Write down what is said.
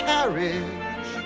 Carriage